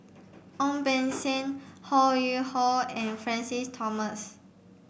Ong Beng Seng Ho Yuen Hoe and Francis Thomas